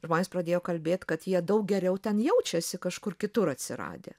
žmonės pradėjo kalbėt kad jie daug geriau ten jaučiasi kažkur kitur atsiradę